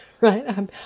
Right